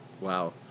Wow